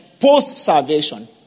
post-salvation